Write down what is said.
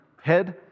head